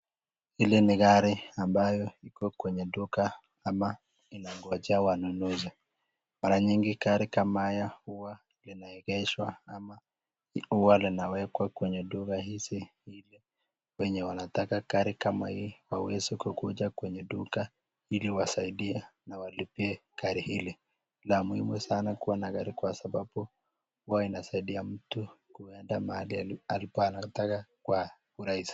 Hili ni gari ambayo iko kwenye duka ama inangojea wanunuzi. Mara nyingi gari kama hayo huwa inaegeshwa ama huwa linawekwa kwenye duka hizi ili wenye wanataka gari kama hii waweze kukuja kwenye duka ili wasaidia na walipie gari hili, ni la muhimu sana kuwa na gari kwa sababu huwa inasidia mtu kuenda mahali alikuwa anataka kwa urahisi.